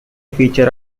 feature